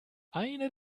eine